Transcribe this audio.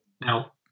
Now